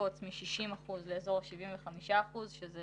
יקפוץ מ-60% לאזור ה-75%, וזה